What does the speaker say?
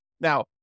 Now